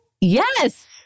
Yes